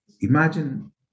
imagine